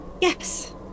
Yes